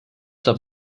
dat